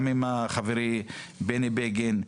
גם עם חברי חה"כ בני בגין,